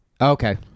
Okay